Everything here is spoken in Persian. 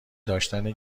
داشتن